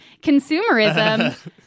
consumerism